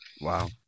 Wow